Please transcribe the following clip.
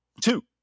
two